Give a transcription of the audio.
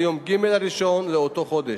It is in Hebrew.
ביום ג' הראשון באותו חודש.